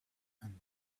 and